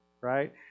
right